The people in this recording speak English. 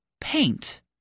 Paint